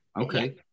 Okay